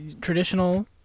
traditional